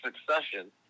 succession